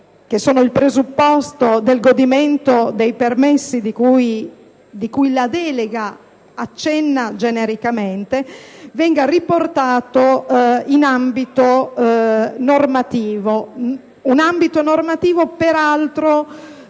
che sono il presupposto del godimento dei permessi a cui la delega accenna genericamente - venga nuovamente trasformato in ambito normativo, peraltro